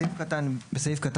בסעיף קטן (ב),